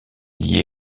lié